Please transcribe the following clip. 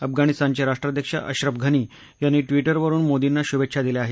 अफगाणिस्तानचे राष्ट्राध्यक्ष अश्रफ घनी यांनी ट्वीटरवरून मोदींना शुभेच्छा दिल्या आहेत